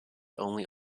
only